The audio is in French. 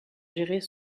gérer